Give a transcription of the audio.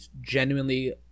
genuinely